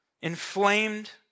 inflamed